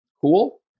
cool